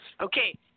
Okay